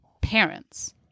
parents